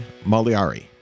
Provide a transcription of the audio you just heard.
Maliari